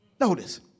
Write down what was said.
Notice